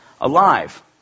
alive